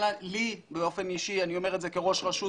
לי באופן אישי ואני אומר את זה כראש רשות